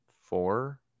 Four